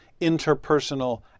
interpersonal